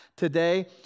Today